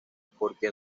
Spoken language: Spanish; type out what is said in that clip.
porque